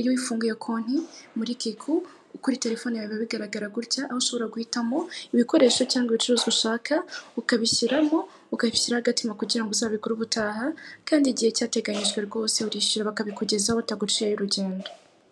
iyo ufunguye konti muri Kikuu kuri telefoni yawe biba bigaragara gutya aho ushobora guhitamo ibikoresho cyangwa ibicuruza ushaka ukabishyiramo ukabishyira agatima kugira ngo uzabigure ubutaha kandi igihe cyateganyijwe rwose urishyura bakabikugezaho bataguciye ay'urugendo.